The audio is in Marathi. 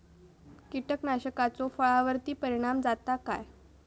कीटकनाशकाचो फळावर्ती परिणाम जाता काय?